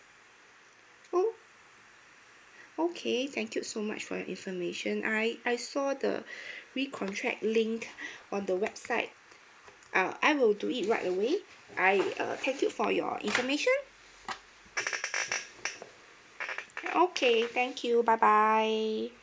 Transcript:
o~ okay thank you so much for your information I right I saw the we contract link on the website uh I will do it right away I thank you for your information okay thank you bye bye